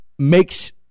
makes